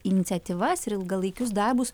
iniciatyvas ir ilgalaikius darbus